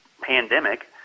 pandemic